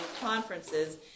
conferences